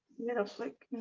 little flick